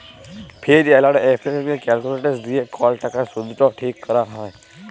ফিজ এলড effective calculations দিয়ে কল টাকার শুধট ঠিক ক্যরা হ্যয়